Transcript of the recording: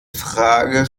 frage